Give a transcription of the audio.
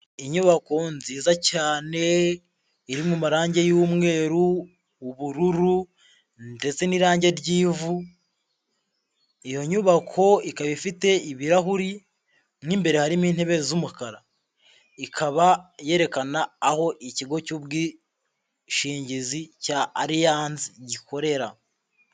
Inyubako nziza cyane, iri mu marangi y'umweru, ubururu ndetse n'irangi ry'ivu, iyo nyubako ikaba ifite ibirahuri, mo imbere harimo intebe z'umukara, ikaba yerekana aho ikigo cy'ubwishingizi cya Allianz gikorera.